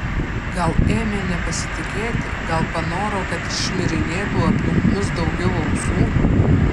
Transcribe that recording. gal ėmė nepasitikėti gal panoro kad šmirinėtų aplink mus daugiau ausų